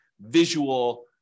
visual